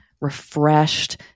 refreshed